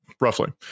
roughly